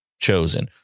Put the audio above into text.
chosen